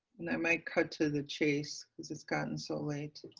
i might cut to the chase, because it's gotten so late.